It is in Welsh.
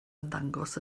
ymddangos